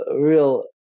real